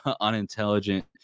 unintelligent